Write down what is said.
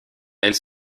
elle